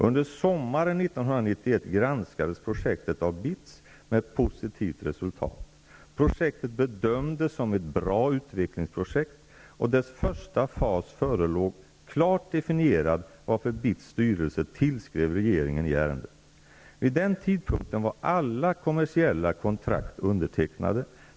Under sommaren 1991 granskades projektet av BITS, med ett positivt resultat. Projektet bedömdes som ett bra utvecklingsprojekt, och dess första fas förelåg klart definierad, varför BITS styrelse tillskrev regeringen i ärendet. Vid den tidpunkten var alla kommersiella kontrakt undertecknade.